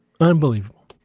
Unbelievable